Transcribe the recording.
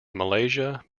malaysia